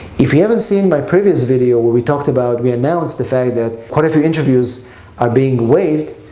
if you haven't seen my previous video where we talked about, we announced the fact that quite a few interviews are being waived,